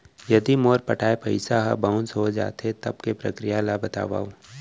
यदि मोर पटाय पइसा ह बाउंस हो जाथे, तब के प्रक्रिया ला बतावव